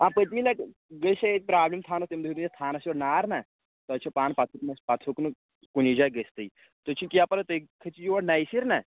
آ پٔتمہِ لَٹہِ گٔژھ ییٚتہِ پرابلِم تھاونَس تیٚمہِ دۄہ تُہۍ تھانَس یورٕ نار نا تۄہہِ چھُو پانہٕ پَتہٕ ہیٚو پَتہٕ ہیوٚک نہٕ کُنی جایہِ گٔژھتھٕے تُہۍ چھِو کینٛہہ پَرواے تُہۍ کھٔژِو یور نے سَر نا